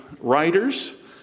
writers